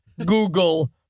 Google